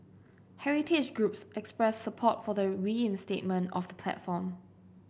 heritage groups expressed support for the reinstatement of the platform